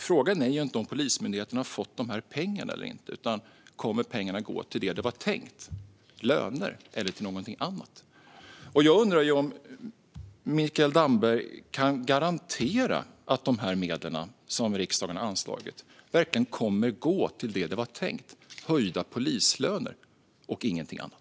Frågan är inte om Polismyndigheten har fått de här pengarna eller inte utan: Kommer pengarna att gå till det som var tänkt, löner, eller någonting annat? Jag undrar om Mikael Damberg kan garantera att de medel som riksdagen anslagit verkligen kommer att gå till det som var tänkt, höjda polislöner, och ingenting annat.